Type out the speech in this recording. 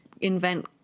invent